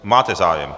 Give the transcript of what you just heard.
Máte zájem.